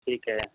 ਠੀਕ ਐ